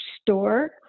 store